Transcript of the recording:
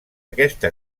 aquesta